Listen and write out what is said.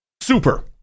super